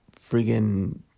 friggin